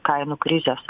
kainų krizės